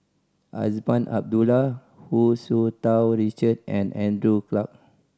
Azman Abdullah Hu Tsu Tau Richard and Andrew Clarke